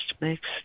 makes